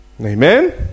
Amen